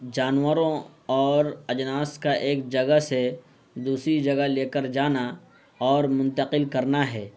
جانوروں اور اجناس کا ایک جگہ سے دوسری جگہ لے کر جانا اور منتقل کرنا ہے